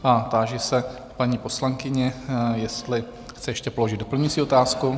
Táži se paní poslankyně, jestli chce ještě položit doplňující otázku?